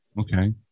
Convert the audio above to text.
Okay